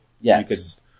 Yes